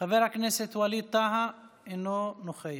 חבר הכנסת ווליד טאהא, אינו נוכח,